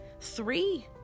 Three